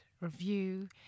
review